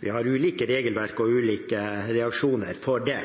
Vi har ulike regelverk og ulike reaksjoner for det.